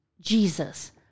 jesus